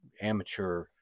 amateur